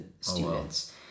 students